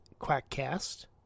QuackCast